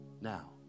now